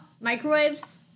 Microwaves